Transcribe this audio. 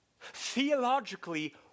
Theologically